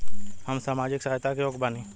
हम सामाजिक सहायता के योग्य बानी?